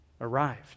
arrived